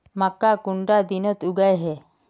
मक्का कुंडा दिनोत उगैहे?